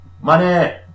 Money